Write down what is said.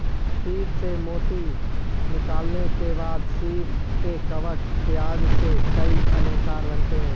सीप से मोती निकालने के बाद सीप के कवच इत्यादि से कई अलंकार बनते हैं